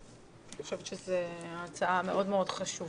אני חושבת שזו הצעה מאוד מאוד חשובה.